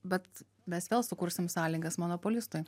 bet mes vėl sukursim sąlygas monopolistui